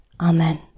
amen